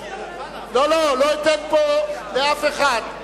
לא, לא אתן לאף אחד פה